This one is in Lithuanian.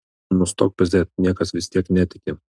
nustok pezėt niekas vis tiek netiki